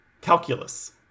calculus